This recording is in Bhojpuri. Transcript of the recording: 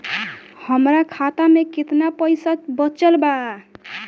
हमरा खाता मे केतना पईसा बचल बा?